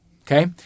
Okay